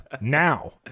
Now